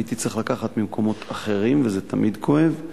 הייתי צריך לקחת ממקומות אחרים וזה תמיד כואב.